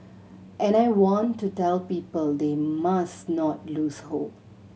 and I want to tell people they must not lose hope